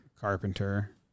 Carpenter